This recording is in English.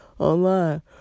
online